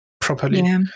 Properly